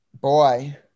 Boy